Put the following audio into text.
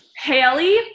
Haley